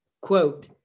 quote